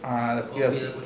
ah